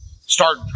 start